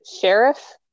sheriff